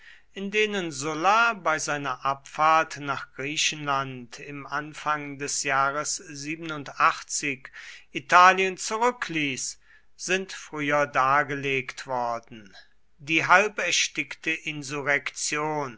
in denen sulla bei seiner abfahrt nach griechenland im anfang des jahres italien zurückließ sind früher dargelegt worden die halb erstickte